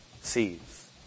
seeds